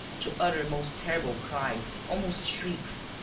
to utter most terrible cries, almost shrieks.